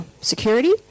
security